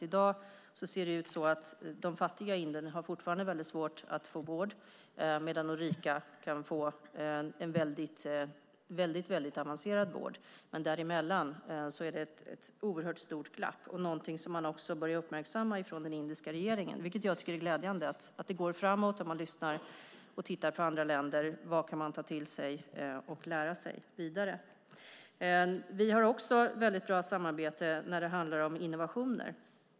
I dag har de fattiga i Indien fortfarande mycket svårt att få vård, medan de rika kan få en mycket avancerad vård. Men däremellan är det ett oerhört stort glapp och någonting som man också börjar uppmärksamma från den indiska regeringen. Jag tycker att det är glädjande att det går framåt och att man lyssnar och tittar på andra länder vad man kan ta till sig och lära sig vidare. Vi har också ett mycket bra samarbete när det handlar om innovationer.